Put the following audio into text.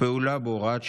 ופעולה בו (הוראת שעה,